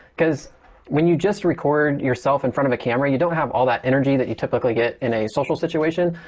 because when you just record yourself in front of a camera, you don't have all that energy that you typically get in a social situation.